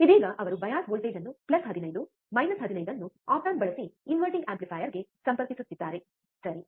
ಇದೀಗ ಅವರು bias voltage ಅನ್ನು ಪ್ಲಸ್ 15 ಮೈನಸ್ 15 ಅನ್ನು ಆಪ್ ಆಂಪ್ ಬಳಸಿ ಇನ್ವರ್ಟಿಂಗ್ ಆಂಪ್ಲಿಫೈಯರ್ಗೆ ಸಂಪರ್ಕಿಸುತ್ತಿದ್ದಾರೆ ಸರಿ